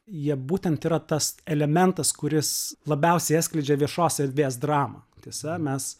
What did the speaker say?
jie būtent yra tas elementas kuris labiausiai atskleidžia viešos erdvės dramą tiesa mes